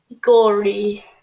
gory